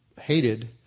hated